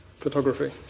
Photography